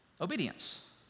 obedience